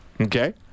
okay